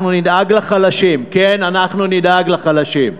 אנחנו נדאג לחלשים,